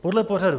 Podle pořadu